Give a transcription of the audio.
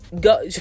go